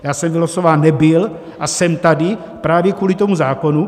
Já jsem vylosován nebyl a jsem tady právě kvůli tomu zákonu.